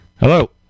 hello